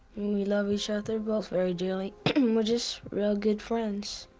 we love each other both very julie, we're just real good friends